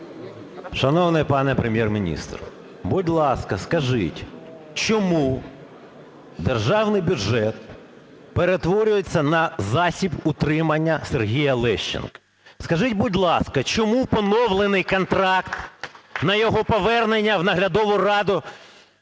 Шановний пане Прем'єр-міністр, будь ласка, скажіть, чому державний бюджет перетворюється на засіб утримання Сергія Лещенка? Скажіть, будь ласка, чому поновлений контракт на його повернення в наглядову раду